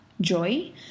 joy